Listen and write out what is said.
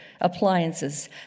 appliances